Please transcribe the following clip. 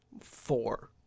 four